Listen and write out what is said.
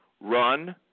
Run